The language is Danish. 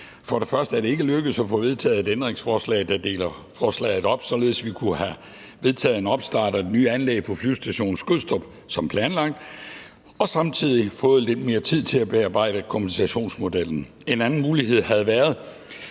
For det første er det ikke lykkedes at få vedtaget et ændringsforslag, der deler forslaget op, således at vi kunne have vedtaget en opstart af det nye anlæg på Flyvestation Skrydstrup som planlagt og samtidig fået lidt mere tid til at bearbejde kompensationsmodellen. En anden mulighed havde været,